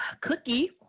Cookie